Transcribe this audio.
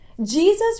Jesus